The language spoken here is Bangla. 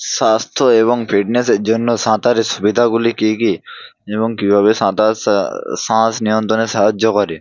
স্বাস্থ্য এবং ফিটনেসের জন্য সাঁতারের সুবিধাগুলি কী কী এবং কীভাবে সাঁতার সা শ্বাস নিয়ন্ত্রণে সাহায্য করে